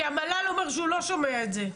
כי המל"ל אומר שהוא לא שומע את זה.